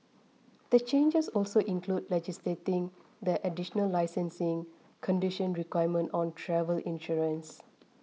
the changes also include legislating the additional licensing condition requirement on travel insurance